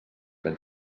ben